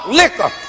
liquor